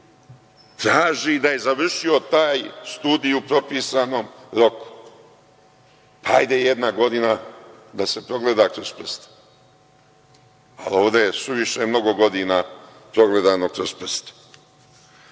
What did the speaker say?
traži da je završio taj studij u propisanom roku. Hajde jedna godina da se progleda kroz prste, ali ovde je suviše mnogo godina progledano kroz prste.E,